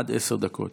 עד עשר דקות.